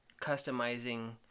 customizing